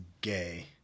gay